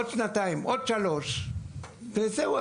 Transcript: עוד שנתיים, עוד שלוש שנים וזהו.